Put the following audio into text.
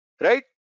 right